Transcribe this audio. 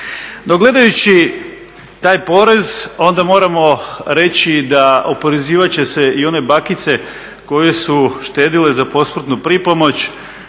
Dok gledajući taj porez, onda moramo reći da oporezivat će se i one bakice koje su štedile za posmrtnu pripomoć